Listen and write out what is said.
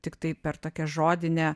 tiktai per tokią žodinę